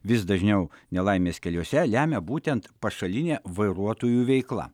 vis dažniau nelaimes keliuose lemia būtent pašalinė vairuotojų veikla